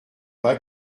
pas